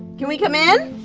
can we come in?